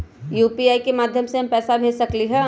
UPI के माध्यम से हम पैसा भेज सकलियै ह?